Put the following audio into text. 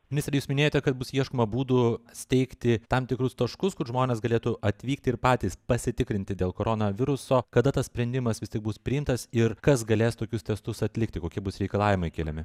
ministre jūs minėjote kad bus ieškoma būdų steigti tam tikrus taškus kur žmonės galėtų atvykti ir patys pasitikrinti dėl koronaviruso kada tas sprendimas vis tik bus priimtas ir kas galės tokius testus atlikti kokie bus reikalavimai keliami